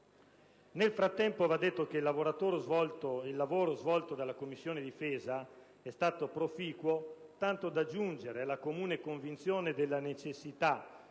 Nel frattempo, va detto che il lavoro svolto dalla Commissione difesa è stato proficuo, tanto da giungere alla comune convinzione della necessità